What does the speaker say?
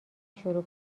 شروع